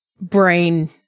brain